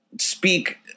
speak